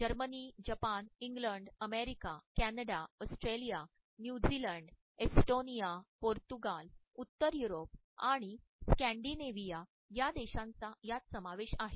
Germany Japan England America Canada Australia New Zealand Estonia Portugal उत्तर Europe आणि Scandinavia या देशांचा यात समावेश आहे